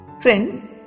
Friends